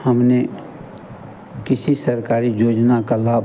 हमने किसी सरकारी योजना का लाभ